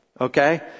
okay